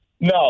No